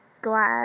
glad